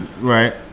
Right